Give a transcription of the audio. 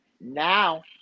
Now